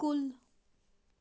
کُل